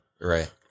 right